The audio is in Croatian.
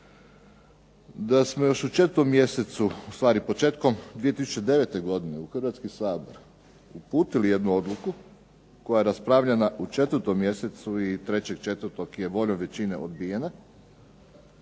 da smo još početkom 2009. godine u Hrvatski sabor uputili jednu odluku koja je raspravljena u 4. mjesecu i 3. 4. je voljom većine odbijena